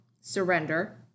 surrender